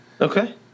Okay